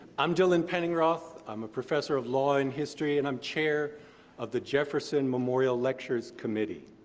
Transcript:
i'm dylan penningroth, i'm a professor of law and history, and i'm chair of the jefferson memorial lectures committee.